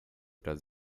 does